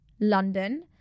London